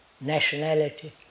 nationality